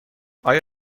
آیا